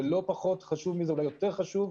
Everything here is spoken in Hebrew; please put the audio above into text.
ולא פחות חשוב מזה ואולי יותר חשוב,